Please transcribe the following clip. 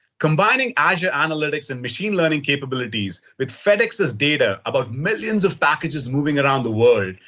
combining azure analytics and machine learning capabilities with fedex's data about millions of packages moving around the world.